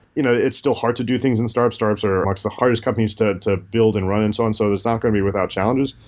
you know it's still hard to do things in startups. startups are the hardest companies to to build and run and so and so there's not going to be without challenges.